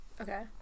okay